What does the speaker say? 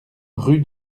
rue